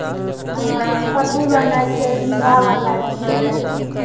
हँऽ कद्दू लेनाइ छै झिङ्गा लेनाइ छै